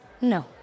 No